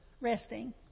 resting